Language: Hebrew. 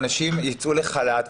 אנשים יצאו לחל"ת.